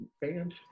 band